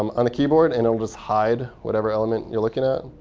um and keyboard, and it'll just hide whatever element you're looking at,